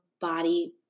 body